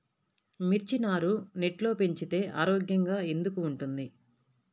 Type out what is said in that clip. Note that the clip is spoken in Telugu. మిర్చి నారు నెట్లో పెంచితే ఆరోగ్యంగా ఎందుకు ఉంటుంది?